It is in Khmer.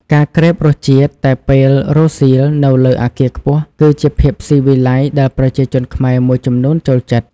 ការក្រេបរសជាតិតែពេលរសៀល នៅលើអគារខ្ពស់ គឺជាភាពស៊ីវិល័យដែលប្រជាជនខ្មែរមួយចំនួនចូលចិត្ត។